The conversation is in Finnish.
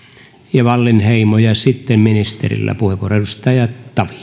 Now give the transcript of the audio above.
ja wallinheimo ja sitten ministerillä puheenvuoro